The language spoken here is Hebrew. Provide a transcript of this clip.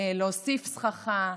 להוסיף סככה,